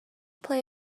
play